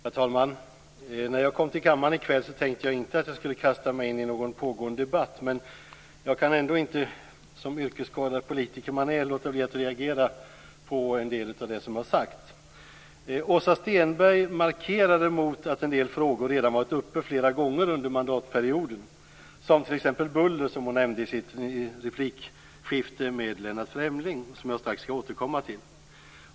Herr talman! När jag kom till kammaren i kväll tänkte jag inte att jag skulle kasta mig in i någon pågående debatt. Men jag kan som den yrkesskadade politiker jag är inte låta bli att reagera på en del av det som har sagts. Åsa Stenberg markerade att en del frågor redan varit uppe flera gånger under mandatperioden, t.ex. bullerfrågan, vilken hon nämnde i sitt replikskifte med Lennart Fremling. Jag skall strax återkomma till detta.